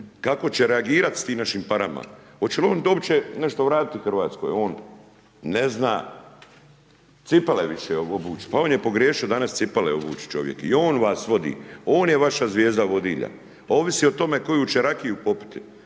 kako će reagirat s tim našim parama. Oće li on uopće nešto uradit u Hrvatskoj, on ne zna cipele više obuć pa on je pogriješio danas obuć čovjek i on vas vodi on je vaša zvijezda vodilja. Ovi o tome koju će rakiju popiti,